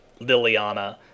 Liliana